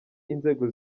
inzego